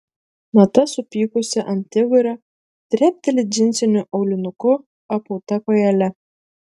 nata supykusi ant igorio trepteli džinsiniu aulinuku apauta kojele